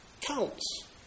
counts